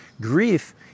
grief